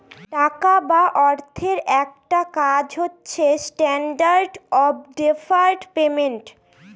টাকা বা অর্থের একটা কাজ হচ্ছে স্ট্যান্ডার্ড অফ ডেফার্ড পেমেন্ট